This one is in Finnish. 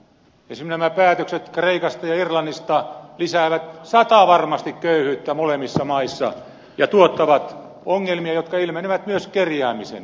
esimerkiksi nämä päätökset kreikasta ja irlannista lisäävät satavarmasti köyhyyttä molemmissa maissa ja tuottavat ongelmia jotka ilmenevät myös kerjäämisenä